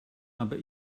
aber